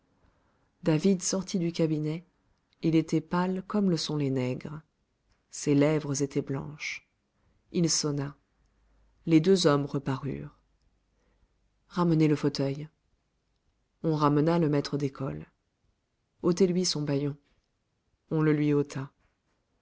david sortit du cabinet il était pâle comme le sont les nègres ses lèvres étaient blanches il sonna les deux hommes reparurent ramenez le fauteuil on ramena le maître d'école otez lui son bâillon on le lui ôta